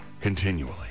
continually